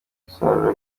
gusarura